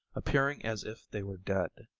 appearing as if they were dead.